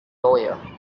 lawyer